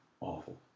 awful